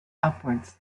upwards